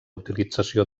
utilització